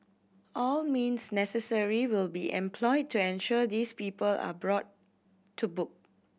all means necessary will be employed to ensure these people are brought to book